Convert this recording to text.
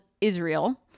Israel